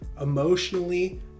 emotionally